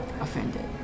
offended